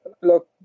Look